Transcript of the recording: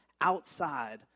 outside